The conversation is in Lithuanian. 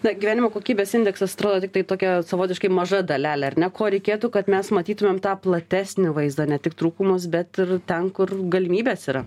na gyvenimo kokybės indeksas atrodo tiktai tokia savotiškai maža dalelė ar ne ko reikėtų kad mes matytumėm tą platesnį vaizdą ne tik trūkumus bet ir ten kur galimybės yra